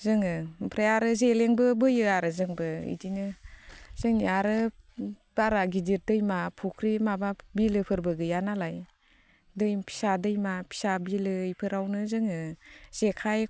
जोङो ओमफ्राय आरो जेलेंबो बोयो आरो जोंबो बिदिनो जों आरो बारा गिदिर दैमा फुख्रि माबा बिलोफोरबो गैया नालाय दै फिसा दैमा फिसा बिलो बेफोरावनो जोङो जेखाइ